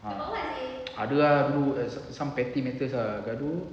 ah ada lah dulu some petty matters ah gaduh